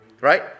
right